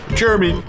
jeremy